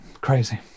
Crazy